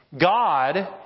God